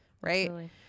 right